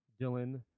Dylan